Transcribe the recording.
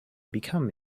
become